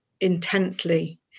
intently